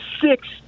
six